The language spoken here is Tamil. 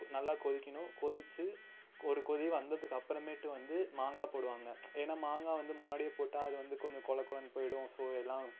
கொ நல்லா கொதிக்கணும் கொதிச்சு ஒரு கொதி வந்ததுக்கப்புறமேட்டு வந்து மாங்காய் போடுவாங்க ஏன்னா மாங்காய் வந்து முன்னாடியே போட்டால் அது வந்து கொஞ்சம் குழகொழன்னு போயிடும் ஸோ எல்லாம்